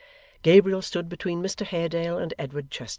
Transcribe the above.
gabriel stood between mr haredale and edward chester,